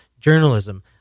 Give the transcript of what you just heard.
journalism